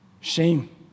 Shame